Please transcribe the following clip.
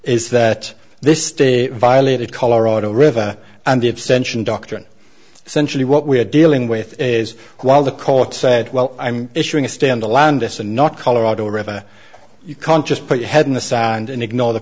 is that this state violated colorado river and the extension doctrine essentially what we're dealing with is while the court said well i'm issuing a standalone decide not colorado river you can't just put your head in the sand and ignore the